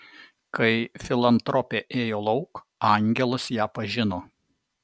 kai filantropė ėjo lauk angelas ją pažino